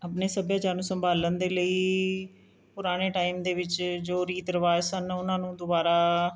ਆਪਣੇ ਸੱਭਿਆਚਾਰ ਨੂੰ ਸੰਭਾਲਣ ਦੇ ਲਈ ਪੁਰਾਣੇ ਟਾਈਮ ਦੇ ਵਿੱਚ ਜੋ ਰੀਤ ਰਿਵਾਜ ਸਨ ਉਨ੍ਹਾਂ ਨੂੰ ਦੁਬਾਰਾ